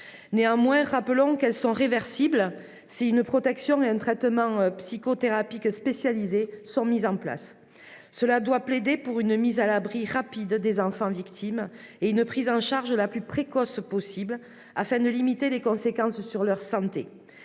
Néanmoins, rappelons qu'elles sont réversibles si une protection et un traitement psychothérapique spécialisés sont mis en place. Nous plaidons pour une mise à l'abri rapide des enfants victimes et une prise en charge la plus précoce possible, afin de limiter les conséquences sur leur santé.